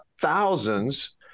thousands